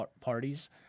parties